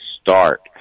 start